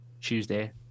tuesday